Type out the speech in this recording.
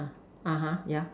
yeah